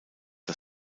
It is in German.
das